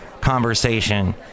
conversation